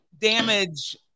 Damage